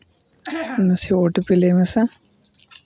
ᱢᱟᱥᱮ ᱳᱴᱤᱯᱤ ᱞᱟᱹᱭ ᱢᱮᱥᱮ